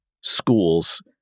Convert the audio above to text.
schools